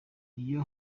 iyo